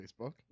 Facebook